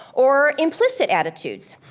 or implicit attitudes.